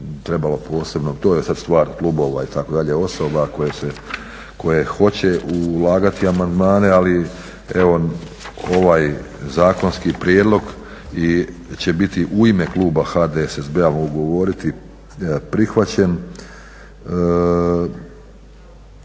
to je sad stvar klubova itd., osoba koje hoće ulagati amandmane. Ali evo ovaj zakonski prijedlog će biti u ime kluba HDSSB-a mogu govoriti prihvaćen